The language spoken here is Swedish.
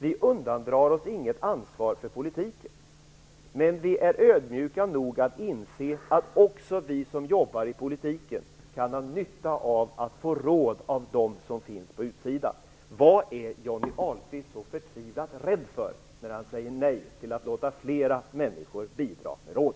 Vi undandrar oss inte något ansvar för politiken. Men vi är ödmjuka nog att inse att också vi som jobbar i politiken kan ha nytta av att få råd från dem som finns på utsidan. Vad är Johnny Ahlqvist så förtvivlat rädd för när han säger nej till att låta fler människor bidra med råd?